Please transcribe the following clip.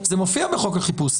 זה מופיע בחוק החיפוש.